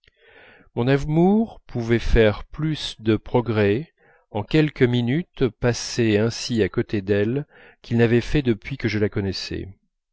mon amour pouvait faire plus de progrès en quelques minutes passées ainsi à côté d'elle qu'il n'avait fait depuis que je la connaissais